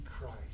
Christ